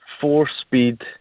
four-speed